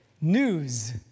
news